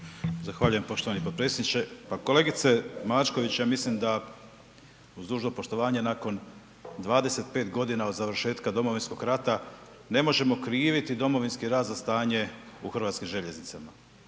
Zahvaljujem poštovani potpredsjedniče. Pa kolegice Mačković, ja mislim da uz dužno poštovanje, nakon 25 g. od završetka Domovinskog rata ne možemo kriviti Domovinski rat za stanje u HŽ-u. Početkom